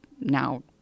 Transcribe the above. now